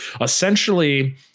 Essentially